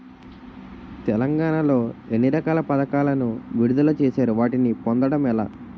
తెలంగాణ లో ఎన్ని రకాల పథకాలను విడుదల చేశారు? వాటిని పొందడం ఎలా?